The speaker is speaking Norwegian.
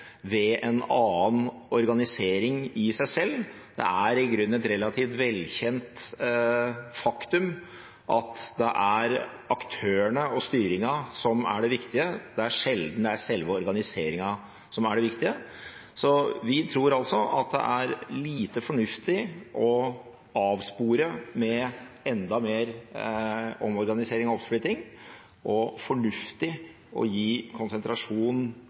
ved en annen organisering i seg selv. Det er i grunnen et relativt velkjent faktum at det er aktørene og styringen som er det viktige, det er sjelden det er selve organiseringen som er det viktige. Så vi tror altså at det er lite fornuftig å avspore med enda mer omorganisering og oppsplitting og fornuftig å gi konsentrasjon,